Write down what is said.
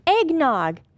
eggnog